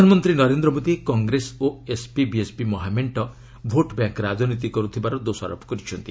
ପ୍ରଧାନମନ୍ତ୍ରୀ ନରେନ୍ଦ୍ର ମୋଦି କଂଗ୍ରେସ ଓ SP BSP ମହାମେଣ୍ଟ ଭୋଟ୍ ବ୍ୟାଙ୍କ୍ ରାଜନୀତି କରୁଥିବାର ଦୋଷାରୋପ କରିଛନ୍ତି